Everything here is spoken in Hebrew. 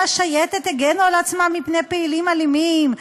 השייטת הגנו על עצמם מפני פעילים אלימים,